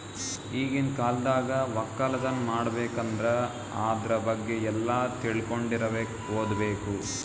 ಈಗಿನ್ ಕಾಲ್ದಾಗ ವಕ್ಕಲತನ್ ಮಾಡ್ಬೇಕ್ ಅಂದ್ರ ಆದ್ರ ಬಗ್ಗೆ ಎಲ್ಲಾ ತಿಳ್ಕೊಂಡಿರಬೇಕು ಓದ್ಬೇಕು